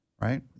right